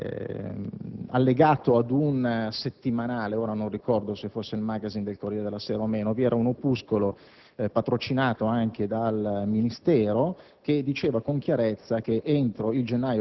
Per quanto concerne i tempi, sottolineo che allegato ad un settimanale (ora non ricordo se fosse il *Magazine* del «Corriere della Sera») vi era un opuscolo,